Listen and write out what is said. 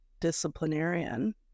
disciplinarian